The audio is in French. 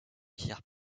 pierre